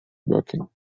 working